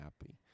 happy